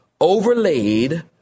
overlaid